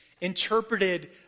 interpreted